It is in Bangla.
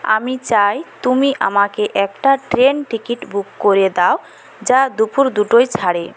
আমি চাই তুমি আমাকে একটা ট্রেন টিকিট বুক করে দাও যা দুপুর দুটোয় ছাড়ে